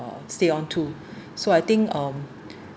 uh stay on to so I think um